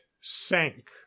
sank